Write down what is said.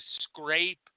scrape